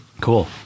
cool